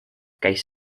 käis